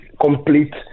complete